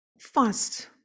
fast